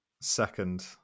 Second